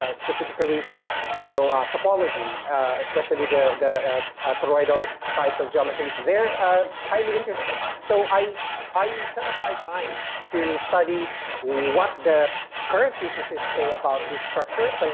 ah specifically you know ah topology, especially the the ah ah toroidal types of geometries, they're ah highly interesting. so i i yeah set aside time to study what the current theses say about these structures. like